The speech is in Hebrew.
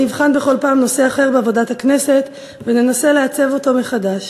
שבה נבחן בכל פעם נושא אחר בעבודת הכנסת וננסה לעצב אותו מחדש,